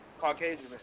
Caucasian